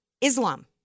Islam